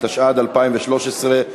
התשע"ד 2013,